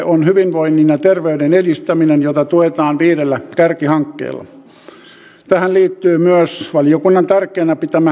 on toki tärkeää löytää uudistustarpeita yliopistoillakin ja löytää uusia tapoja toimia